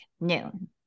noon